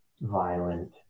violent